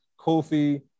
Kofi